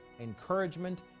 encouragement